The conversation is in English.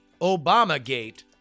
Obamagate